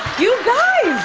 you guys.